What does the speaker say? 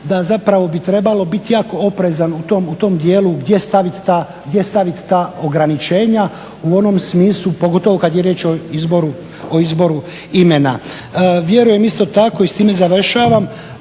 da zapravo bi trebalo biti jako oprezan u tom dijelu gdje stavit ta ograničenja u onom smislu, pogotovo kad je riječ o izboru imena. Vjerujem isto tako i s time završavam,